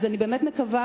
אני באמת מקווה,